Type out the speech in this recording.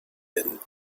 been